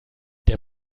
der